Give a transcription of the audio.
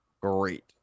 great